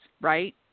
right